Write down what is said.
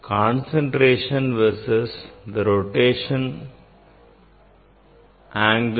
concentration versus the rotation that angle theta